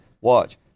Watch